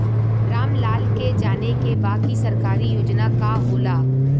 राम लाल के जाने के बा की सरकारी योजना का होला?